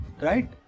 Right